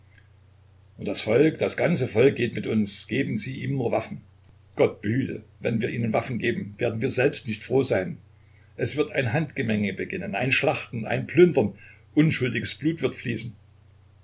das volk das ganze volk geht mit uns geben sie ihm nur waffen gott behüte wenn wir ihnen waffen geben werden wir selbst nicht froh sein es wird ein handgemenge beginnen ein schlachten ein plündern unschuldiges blut wird fließen